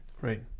right